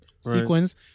sequence